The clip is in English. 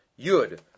Yud